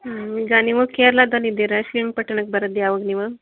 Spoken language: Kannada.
ಹ್ಞೂ ಈಗ ನೀವು ಕೇರಳದಲ್ಲಿ ಇದ್ದೀರ ಶ್ರೀರಂಗ ಪಟ್ಣಕ್ಕೆ ಬರದು ಯಾವಗ ನೀವು